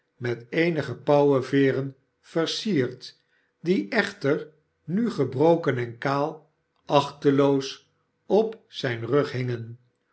met eenige pauwenveeren versierd die echter nu gebroken en kaal achteloos op zijn rug hingen